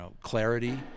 clarity